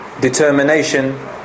determination